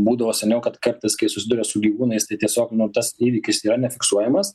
būdavo seniau kad kartais kai susiduria su gyvūnais tai tiesiog nu tas įvykis yra nefiksuojamas